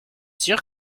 sûr